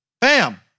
Bam